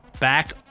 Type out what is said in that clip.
Back